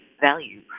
value